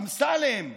אמסלם והאחרים,